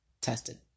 tested